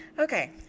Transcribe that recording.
Okay